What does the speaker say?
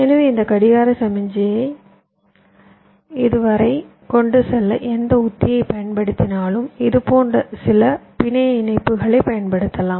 எனவே இந்த கடிகார சமிக்ஞையை இது வரை கொண்டு செல்ல எந்த உத்தியைப் பயன்படுத்தினாலும் இது போன்ற சில இணைப்புகளை பயன்படுத்தலாம்